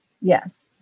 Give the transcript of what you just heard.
Yes